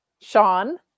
Sean